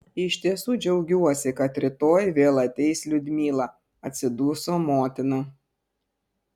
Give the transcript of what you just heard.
iš tiesų džiaugiuosi kad rytoj vėl ateis liudmila atsiduso motina